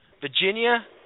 Virginia